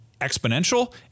exponential